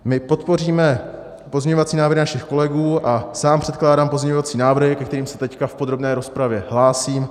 My podpoříme pozměňovací návrhy našich kolegů a sám předkládám pozměňovací návrhy, ke kterým se teď v podrobné rozpravě hlásím.